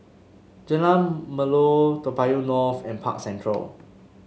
Jalan Melor Toa Payoh North and Park Central